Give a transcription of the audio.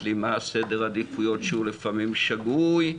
לי מה סדר העדיפויות שהוא לפעמים שגוי,